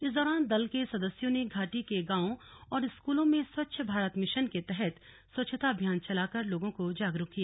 इस दौरान दल के सदस्यों ने घाटी के गांवों और स्कूलों में स्वच्छ भारत मिशन के तहत स्वच्छता अभियान चलाकर लोगों को जागरुक किया